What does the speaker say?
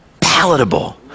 palatable